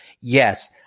Yes